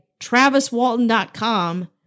TravisWalton.com